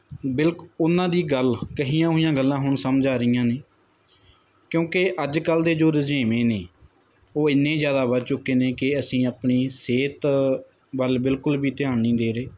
ਬਿਲਕ ਉਹਨਾਂ ਦੀ ਗੱਲ ਕਹੀਆਂ ਹੋਈਆਂ ਗੱਲਾਂ ਹੁਣ ਸਮਝ ਆ ਰਹੀਆਂ ਨੇ ਕਿਉਂਕਿ ਅੱਜ ਕੱਲ੍ਹ ਦੇ ਜੋ ਰੁਝੇਵੇਂ ਨੇ ਉਹ ਐਨੇ ਜ਼ਿਆਦਾ ਵੱਧ ਚੁੱਕੇ ਨੇ ਕਿ ਅਸੀਂ ਆਪਣੀ ਸਿਹਤ ਵੱਲ ਬਿਲਕੁਲ ਵੀ ਧਿਆਨ ਨਹੀਂ ਦੇ ਰਹੇ